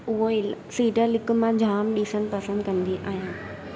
उहेई सीरियल हिकु मां जाम ॾिसण पसंद कंदी आहियां